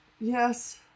yes